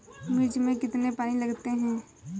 मिर्च में कितने पानी लगते हैं?